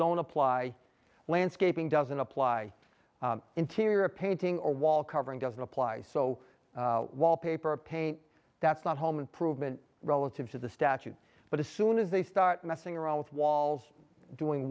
don't apply landscaping doesn't apply interior painting or wall covering doesn't apply so while paper paint that's not home improvement relative to the statute but as soon as they start messing around with walls doing